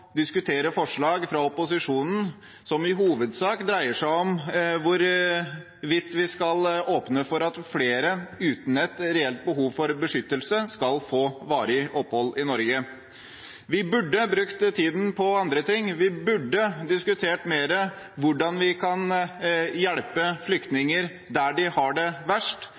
diskutere forslag fra opposisjonen som i hovedsak dreier seg om hvorvidt vi skal åpne for at flere uten et reelt behov for beskyttelse skal få varig opphold i Norge. Vi burde brukt tiden på andre ting. Vi burde diskutert mer hvordan vi kan hjelpe flyktninger der de har det verst,